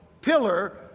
pillar